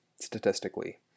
Statistically